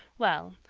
well,